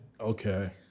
Okay